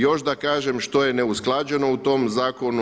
Još da kažem što je neusklađeno u tom Zakonu.